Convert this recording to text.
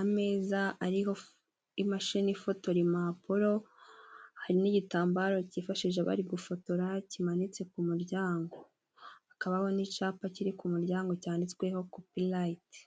ameza ariho imashini ifotora impapuro, hari n'igitambaro cyifashije bari gufotora kimanitse ku muryango, hakabaho n'icyapa kiri ku muryango cyanditsweho kopilayite.